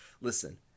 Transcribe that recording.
listen